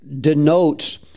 denotes